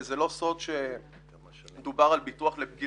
וזה לא סוד שמדובר על ביטוח לבגירים.